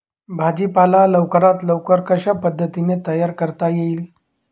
भाजी पाला लवकरात लवकर कशा पद्धतीने तयार करता येईल?